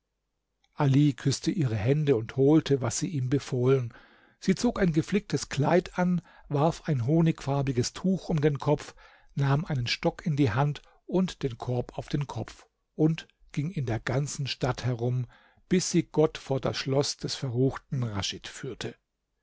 ali küßte ihre hände und holte was sie ihm befohlen sie zog ein geflicktes kleid an warf ein honigfarbiges tuch um den kopf nahm einen stock in die hand und den korb auf den kopf und ging in der ganzen stadt herum bis sie gott vor das schloß des verruchten naschid führte